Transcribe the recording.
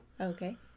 Okay